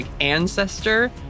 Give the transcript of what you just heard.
ancestor